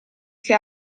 che